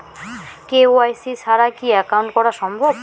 KYC ছাড়া কি account করা সম্ভব?